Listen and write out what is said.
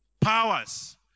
powers